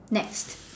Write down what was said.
next